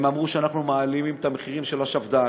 הם אמרו שאנחנו מעלים את המחירים של השפד"ן,